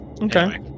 okay